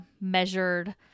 measured